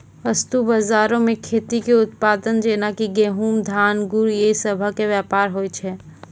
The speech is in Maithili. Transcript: वस्तु बजारो मे खेती के उत्पाद जेना कि गहुँम, धान, गुड़ इ सभ के व्यापार होय छै